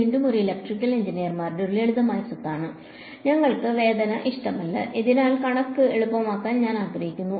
വീണ്ടും ഇത് ഇലക്ട്രിക്കൽ എഞ്ചിനീയർമാരുടെ ഒരു ലളിതമായ സ്വത്താണ് ഞങ്ങൾക്ക് വേദന ഇഷ്ടമല്ല അതിനാൽ കണക്ക് എളുപ്പമാക്കാൻ ഞങ്ങൾ ആഗ്രഹിക്കുന്നു